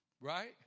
right